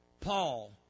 Paul